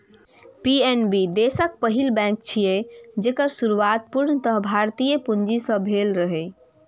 PNB देशक पहिल bank छियै, जेकर शुरुआत पूर्णतः भारतीय पूंजी सं भेल रहै